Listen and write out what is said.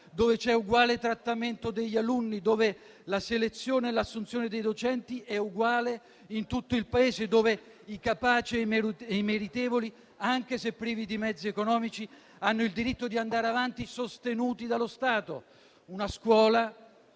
dove c'è uguale trattamento degli alunni, dove la selezione e l'assunzione dei docenti sono uguali in tutto il Paese dove i capaci e i meritevoli, anche se privi di mezzi economici, hanno il diritto di andare avanti sostenuti dallo Stato.